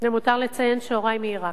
למותר לציין שהורי מעירק,